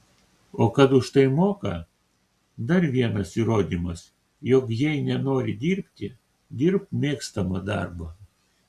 o kad už tai moka dar vienas įrodymas jog jei nenori dirbti dirbk mėgstamą darbą